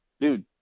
dude